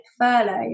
furloughed